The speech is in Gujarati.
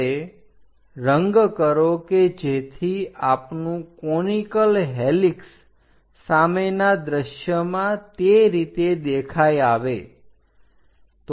હવે રંગ કરો કે જેથી આપનું કોનીકલ હેલિક્ષ સામેના દ્રશ્યમાં તે રીતે દેખાઈ આવે